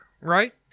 right